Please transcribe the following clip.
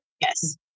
yes